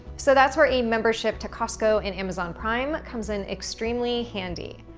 so that's where a membership to costco and amazon prime comes in extremely handy.